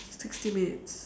sixty minutes